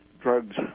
drugs